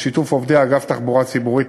בשיתוף עובדי אגף תחבורה ציבורית,